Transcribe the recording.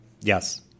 Yes